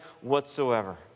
whatsoever